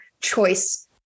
choice